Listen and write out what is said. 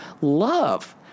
love